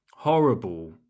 horrible